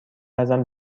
ازم